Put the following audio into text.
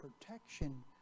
protection